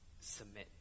submit